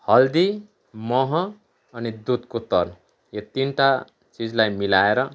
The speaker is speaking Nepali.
हल्दी मह अनि दुधको तर यो तिनटा चिजलाई मिलाएर